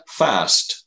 fast